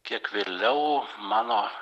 kiek vėliau mano